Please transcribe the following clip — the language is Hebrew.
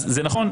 אז זה נכון,